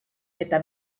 eta